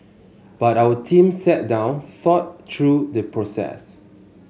but our team sat down thought through the process